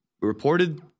reported